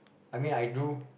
I mean I do